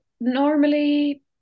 normally